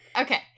Okay